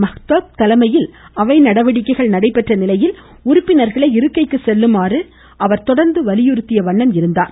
மஹ்தப் தலைமையில் அவை நடவடிக்கைகள் நடைபெற்ற நிலையில் உறுப்பினர்களை இருக்கைக்கு செல்லுமாறு அவர் தொடர்ந்து வலியுறுத்திய வண்ணம் இருந்தார்